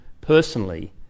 personally